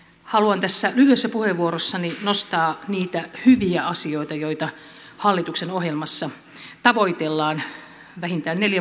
haluan tässä lyhyessä puheenvuorossani nostaa niitä hyviä asioita joita hallituksen ohjelmassa tavoitellaan vähintään neljän vuoden aikana